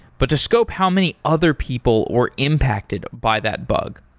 but to scope how many other people were impacted by that bug.